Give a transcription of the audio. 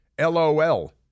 LOL